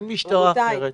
אין משטרה אחרת.